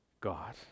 God